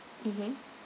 mmhmm